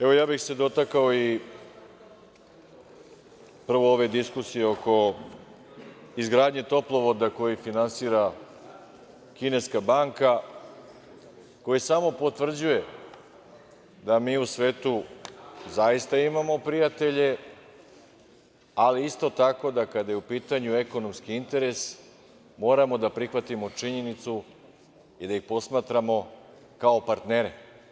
Evo, ja bih se dotakao ove diskusije oko izgradnje toplovoda koji finansira kineska banka, koji samo potvrđuje da mi u svetu zaista imamo prijatelje, ali isto tako da kada je u pitanju ekonomski interes, moramo da prihvatimo činjenicu i da ih posmatramo kao partnere.